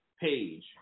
page